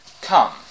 come